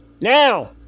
Now